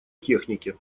технике